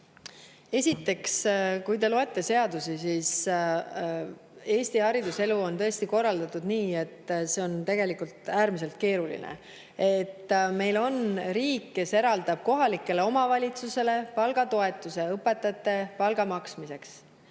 Esiteks, kui te loete seadusi, siis [mõistate, et] Eesti hariduselu on tõesti korraldatud nii, et see on äärmiselt keeruline. Meil on riik, kes eraldab kohalikele omavalitsustele palgatoetuse õpetajatele palga maksmiseks,